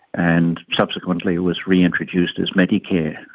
and subsequently was reintroduced as medicare.